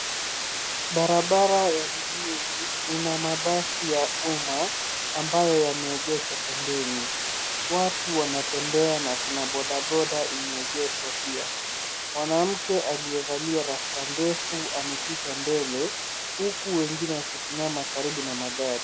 Barabara ya mjini ina mabasi ya umma ambayo yameegeshwa pembeni, watu wanatembea na kuna bodaboda imeegeshwa pia, mwanamke aliyevalia rasta ndefu amepita mbele huku wengine wakisimama karibu na gari.